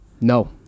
no